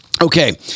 Okay